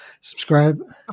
Subscribe